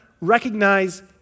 recognize